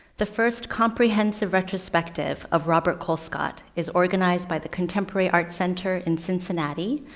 the first comprehensive retrospective of robert colescott is organized by the contemporary art center in cincinnati.